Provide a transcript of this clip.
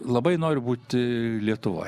labai noriu būti lietuvoj